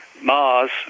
Mars